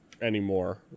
anymore